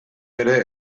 ere